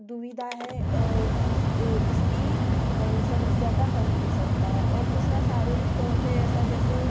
दुविधा है उस उसकी समस्या का हल मिल सकता है और दूसरा शारीरिक तौर पर ऐसा जैसे